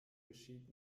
geschieht